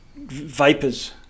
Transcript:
Vapors